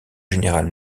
général